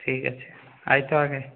ঠিক আছে আয় তো আগে